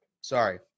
Sorry